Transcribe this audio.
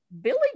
Billy